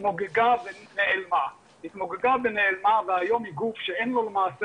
התמוגגה ונעלמה והיום היא גוף שלמעשה